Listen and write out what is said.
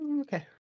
Okay